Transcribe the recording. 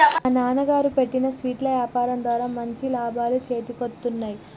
మా నాన్నగారు పెట్టిన స్వీట్ల యాపారం ద్వారా మంచి లాభాలు చేతికొత్తన్నయ్